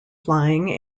flying